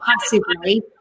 passively